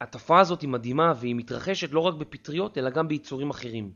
התופעה הזאת מדהימה. והיא מתרחשת לא רק בפטריות אלא גם ביצורים אחרים.